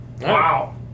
Wow